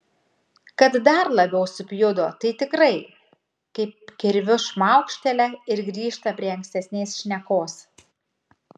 kad dar labiau supjudo tai tikrai kaip kirviu šmaukštelia ir grįžta prie ankstesnės šnekos